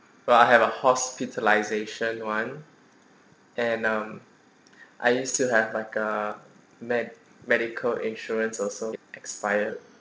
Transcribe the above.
well I have a hospitalisation [one] and um I used to have like a med~ medical insurance also expired